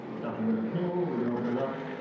captures it at ping. we can open it up,